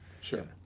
Sure